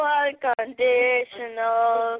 unconditional